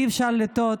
אי-אפשר לטעות,